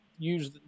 Use